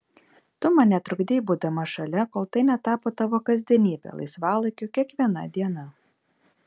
tu man netrukdei būdama šalia kol tai netapo tavo kasdienybe laisvalaikiu kiekviena diena